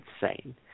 insane